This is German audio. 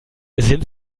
sind